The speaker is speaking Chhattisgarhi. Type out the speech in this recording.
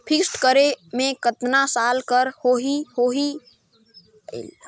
फिक्स्ड करे मे कतना साल कर हो ही और कतना मोला लाभ मिल ही?